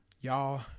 Y'all